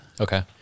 Okay